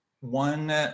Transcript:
one